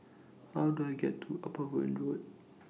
How Do I get to Upavon Road